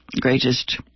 greatest